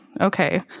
okay